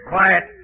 Quiet